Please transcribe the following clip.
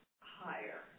higher